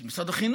של משרד החינוך,